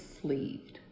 sleeved